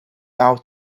out